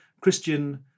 Christian